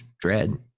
Dread